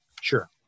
sure